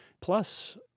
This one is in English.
Plus